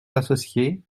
associés